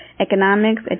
Economics